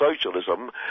socialism